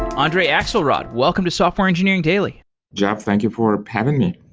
andrey akselrod, welcome to software engineering daily jeff, thank you for having me.